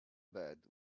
bed